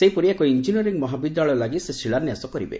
ସେହିପରି ଏକ ଇଞ୍ଜିନିୟରିଂ ମହାବିଦ୍ୟାଳୟ ଲାଗି ସେ ଶିଳାନ୍ୟାସ କରିବେ